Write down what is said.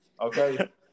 okay